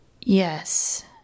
Yes